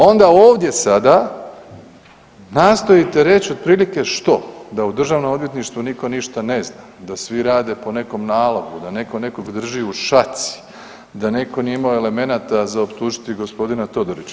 Onda ovdje sada nastojite reći otprilike što, da u Državnom odvjetništvu nitko ništa ne zna, da svi rade po nekom nalogu, da netko nekoga drži u šaci, da netko nije imao elemenata za optužiti gospodina Todorića.